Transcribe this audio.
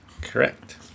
Correct